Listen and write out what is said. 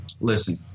listen